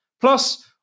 Plus